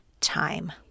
time